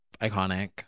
iconic